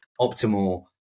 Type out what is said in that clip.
optimal